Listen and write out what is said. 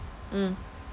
mm